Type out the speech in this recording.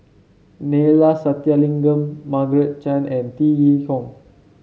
Neila Sathyalingam Margaret Chan and Tan Yee Hong